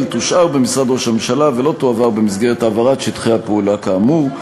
תושאר במשרד ראש הממשלה ולא תועבר במסגרת העברת שטחי הפעולה כאמור.